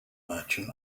merchant